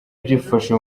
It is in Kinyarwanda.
byifashe